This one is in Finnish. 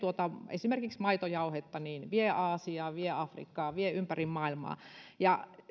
esimerkiksi maitojauhetta aasiaan vie afrikkaan vie ympäri maailmaa ja